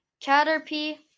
Caterpie